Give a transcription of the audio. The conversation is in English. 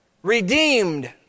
Redeemed